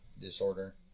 disorder